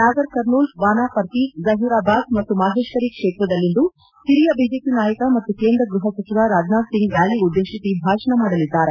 ನಾಗರ್ಕರ್ನೂಲ್ ವಾನಾಪರ್ತಿ ಜಹೀರಾಬಾದ್ ಮತ್ತು ಮಾಹೇಶ್ವರಿ ಕ್ಷೇತ್ರದಲ್ಲಿಂದು ಹಿರಿಯ ಬಿಜೆಪಿ ನಾಯಕ ಮತ್ತು ಕೇಂದ್ರ ಗೃಹ ಸಚಿವ ರಾಜ್ನಾಥ್ ಸಿಂಗ್ ರ್ಡಾಲಿ ಉದ್ದೇಶಿಸಿ ಭಾಷಣ ಮಾಡಲಿದ್ದಾರೆ